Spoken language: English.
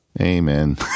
Amen